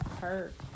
hurt